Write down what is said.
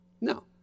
No